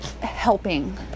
helping